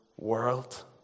world